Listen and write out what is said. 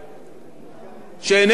שאינני מתכוון להמתין,